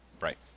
Right